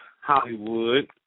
Hollywood